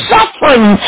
Suffering